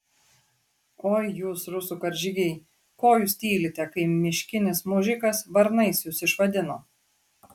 oi jūs rusų karžygiai ko jūs tylite kai miškinis mužikas varnais jus išvadino